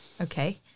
okay